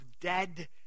dead